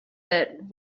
that